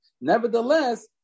nevertheless